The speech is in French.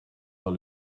dans